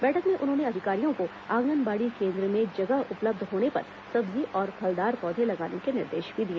बैठक में उन्होंने अधिकारियों को आंगनबाड़ी केन्द्र में जगह उपलब्ध होने पर सब्जी और फलदार पौधे लगाने के निर्देश भी दिए